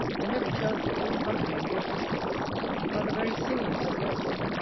and let me tell you, good company and good discourse are the very sinews of virtue.